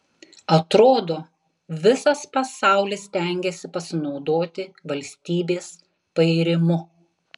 atrodo visas pasaulis stengiasi pasinaudoti valstybės pairimu